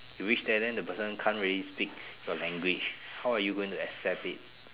you reach there then the person can't really speak your language how are you going to accept it